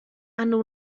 hanno